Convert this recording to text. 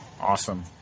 awesome